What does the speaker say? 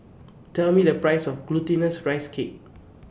Tell Me The Price of Glutinous Rice Cake